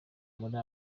muri